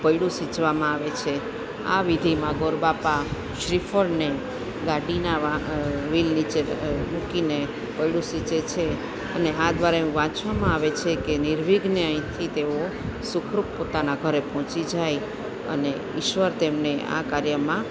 પૈડુ સિંચવામાં આવે છે આ વિધિમાં ગોરબાપા શ્રીફળને ગાડીના વા વિલ નીચે મૂકીને પૈડું સિંચે છે અને આ દ્વારા એવું વાંચવામાં આવે છે કે નીરવિઘ્ને અહીંથી તેઓ સુખરૂપ પોતાના ઘરે પહોંચી જાય અને ઈશ્વર તેમને આ કાર્યમાં